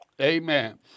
Amen